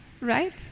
right